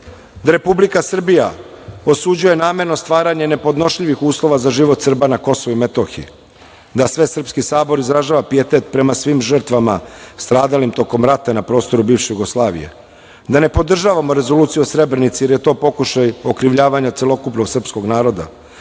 da Republika Srbija osuđuje namerno stvaranje nepodnošljivih uslova za život Srba na Kosovu i Metohiji;- da Svesrpski sabor izražava pijetet prema svim žrtvama stradalim tokom rata na prostoru bivše Jugoslavije;- da ne podržavamo Rezoluciju o Srebrenici, jer je to pokušaj okrivljavanja celokupnog srpskog naroda;-